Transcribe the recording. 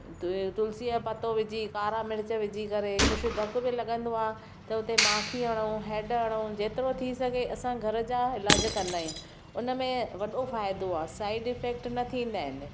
तुलसीअ जो पतो विझी कारा मिर्च विझी करे कुझु धकु बि लॻंदो आहे त उते माखी हणऊं हैड हणऊं जेतिरो थी सघे असां घर जा इलाज कंदा आहियूं उन में वॾो फ़ाइदो आहे साइड इफेक्ट न थींदा आहिनि